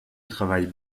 travailles